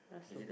Rasuk